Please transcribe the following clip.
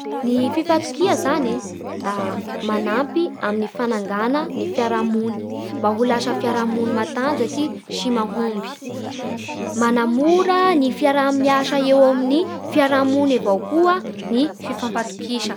Ny fifampitokia zany da manapy amin'ny fanagana ny fiaraha-mony, mba ho lasa fiaraha-mony matanjaky sy mahomby. Manamora ny fiaraha-miasa amin'ny fiaraha-mony avao koa ny fifampatokisa.